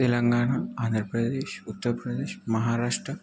Telangana Andhra Pradesh Uttar Pradesh Maharashtra